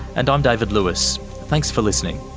and i'm david lewis. thanks for listening